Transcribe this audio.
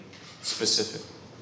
specific